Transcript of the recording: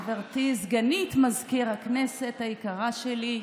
גברתי סגנית מזכיר הכנסת היקרה שלי,